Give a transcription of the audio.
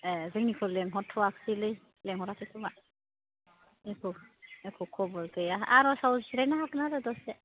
ए जोंनिखौ लिंहरथ'वाखैलै लिंहराखै खोमा एख' एख' खबर गैया आरजाव जिरायनो हागोन आरो दसे